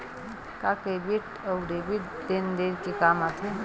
का क्रेडिट अउ डेबिट लेन देन के काम आथे?